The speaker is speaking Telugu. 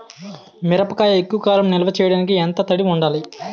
మిరపకాయ ఎక్కువ కాలం నిల్వ చేయటానికి ఎంత తడి ఉండాలి?